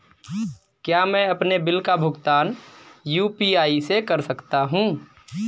क्या मैं अपने बिल का भुगतान यू.पी.आई से कर सकता हूँ?